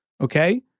Okay